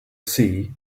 sea